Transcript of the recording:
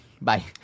bye